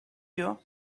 you